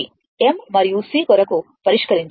m మరియు c కొరకు పరిష్కరించాలి